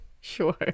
Sure